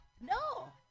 No